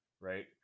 right